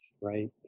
right